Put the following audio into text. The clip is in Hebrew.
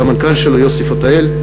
והמנכ"ל שלו יוסי פתאל,